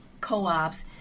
co-ops